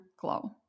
glow